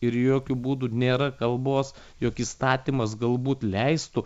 ir jokiu būdu nėra kalbos jog įstatymas galbūt leistų